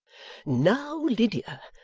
now, lydia,